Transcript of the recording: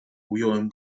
ująłem